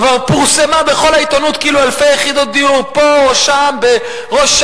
כבר פורסם בכל העיתונות כאילו אלפי יחידות דיור פה או שם בראש-העין,